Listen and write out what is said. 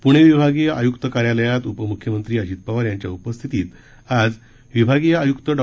पूणे विभागीय आयुक्त कार्यालयात उपमुख्यमंत्री अजित पवार यांच्या उपस्थितीत आज विभागीय आयुक्त डॉ